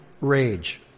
rage